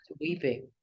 weeping